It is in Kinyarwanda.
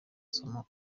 somo